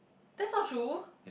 that's not true